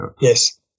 Yes